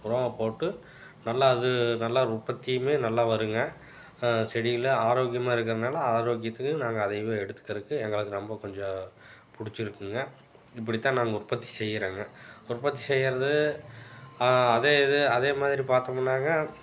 உரமாக போட்டு நல்லா அது நல்லா உற்பத்தியும் நல்லா வருங்க செடிகளே ஆரோக்கியமாக இருக்கிறனால ஆரோக்கியத்துக்கு நாங்கள் அதையும் எடுத்துகிறக்கு எங்களுக்கு ரொம்ப கொஞ்சம் பிடிச்சிருக்குங்க இப்படிதான் நாங்கள் உற்பத்தி செய்யறோங்க உற்பத்தி செய்யறது அதே இது அதே மாதிரி பார்த்தோமுன்னாங்க